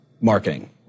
marketing